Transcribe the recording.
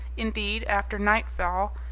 indeed, after nightfall,